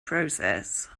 process